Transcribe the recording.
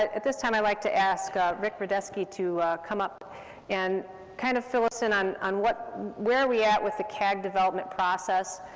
at at this time, i'd like to ask ah rick brodesky to come up and kind of fill us in on on what, where are we at with the cag development process.